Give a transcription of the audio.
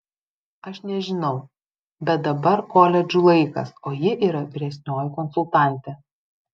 aš nežinau bet dabar koledžų laikas o ji yra vyresnioji konsultantė